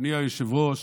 אדוני היושב-ראש,